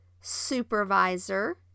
supervisor